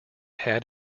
had